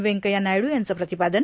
व्येंकय्या नायड्र यांचं प्रतिपादन